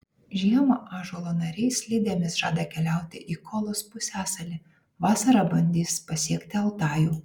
žiemą ąžuolo nariai slidėmis žada keliauti į kolos pusiasalį vasarą bandys pasiekti altajų